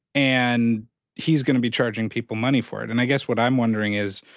and he's gonna be charging people money for it. and i guess what i'm wondering is